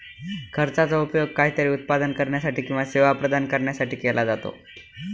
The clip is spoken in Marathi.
खर्चाचा उपयोग काहीतरी उत्पादन करण्यासाठी किंवा सेवा प्रदान करण्यासाठी केला जातो